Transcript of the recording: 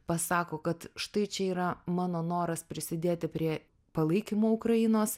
pasako kad štai čia yra mano noras prisidėti prie palaikymo ukrainos